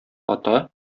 ата